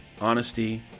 honesty